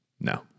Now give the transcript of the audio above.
no